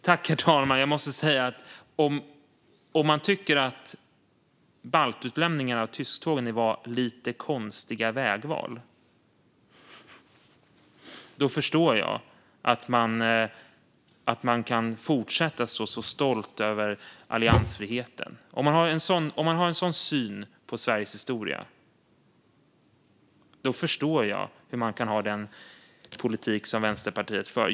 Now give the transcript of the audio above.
Herr talman! Jag måste säga: Om man tycker att baltutlämningen och tysktågen var lite konstiga vägval förstår jag att man kan fortsätta att vara stolt över alliansfriheten. Om man har en sådan syn på Sveriges historia förstår jag hur man kan ha den politik som Vänsterpartiet för.